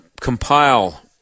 compile